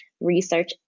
research